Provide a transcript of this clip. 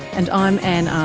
and i'm ann um